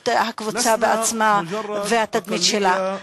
עיוות הקבוצה עצמה והתדמית שלה.